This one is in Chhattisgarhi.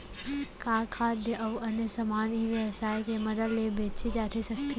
का खाद्य अऊ अन्य समान ई व्यवसाय के मदद ले बेचे जाथे सकथे?